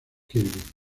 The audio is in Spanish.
kirby